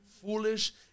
Foolish